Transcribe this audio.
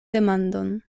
demandon